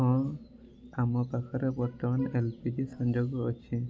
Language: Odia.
ହଁ ଆମ ପାଖରେ ବର୍ତ୍ତମାନ ଏଲ୍ ପି ଜି ସଂଯୋଗ ଅଛି